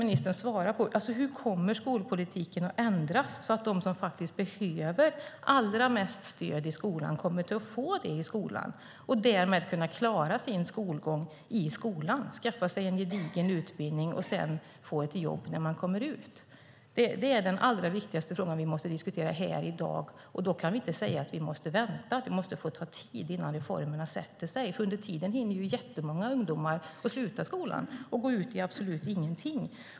Ministern måste svara på hur skolpolitiken ska ändras, så att de som behöver allra mest stöd i skolan också ska få det för att kunna klara sin skolgång, skaffa sig en gedigen utbildning och sedan få ett jobb. Det är den allra viktigaste fråga vi har att diskutera här i dag, och då kan vi inte säga att vi måste vänta och att det måste få ta tid innan reformerna sätter sig. Under tiden hinner jättemånga ungdomar sluta skolan och gå ut i absolut ingenting.